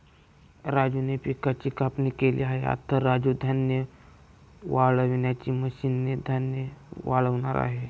राजूने पिकाची कापणी केली आहे, आता राजू धान्य वाळवणाच्या मशीन ने धान्य वाळवणार आहे